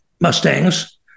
Mustangs